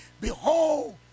Behold